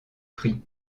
pris